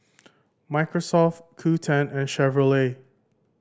Microsoft Qoo ten and Chevrolet